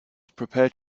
prepared